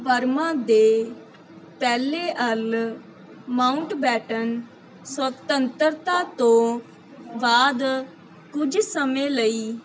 Burma ਦੇ ਪਹਿਲੇ Earl Mountbatten ਸਵਤੰਤਰਤਾ ਤੋਂ ਬਾਅਦ ਕੁਝ ਸਮੇਂ ਲਈ